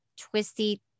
twisty